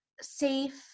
safe